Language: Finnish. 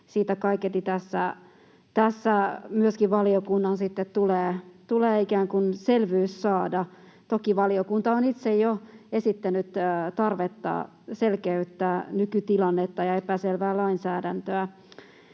siitä kaiketi tässä myöskin valiokunnan sitten tulee ikään kuin selvyys saada. Toki valiokunta on itse jo esittänyt tarvetta selkeyttää nykytilannetta ja epäselvää lainsäädäntöä.